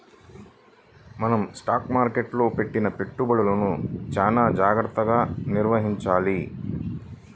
మనం స్టాక్ మార్కెట్టులో పెట్టిన పెట్టుబడులను చానా జాగర్తగా నిర్వహించాలి